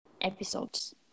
episodes